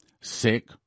sick